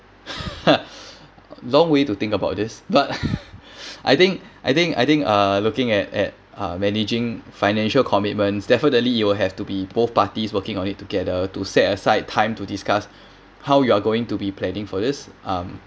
long way to think about this but I think I think I think uh looking at at uh managing financial commitments definitely you will have to be both parties working on it together to set aside time to discuss how you are going to be planning for this um